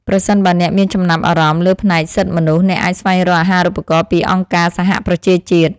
ប្រសិនបើអ្នកមានចំណាប់អារម្មណ៍លើផ្នែកសិទ្ធិមនុស្ស អ្នកអាចស្វែងរកអាហារូបករណ៍ពីអង្គការសហប្រជាជាតិ។